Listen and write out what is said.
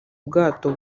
bwato